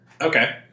Okay